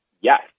Yes